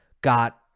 got